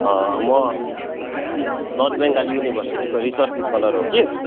अँ म नर्थ बङ्गाल युनिभर्सिटीको रिसर्च स्कोलर हो कि